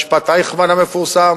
כשהיה משפט אייכמן המפורסם,